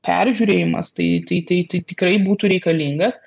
peržiūrėjimas tai tai tai tai tikrai būtų reikalingas